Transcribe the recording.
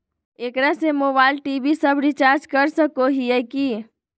एकरा से mobile TV सब रिचार्ज कर सको हियै की?